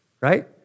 Right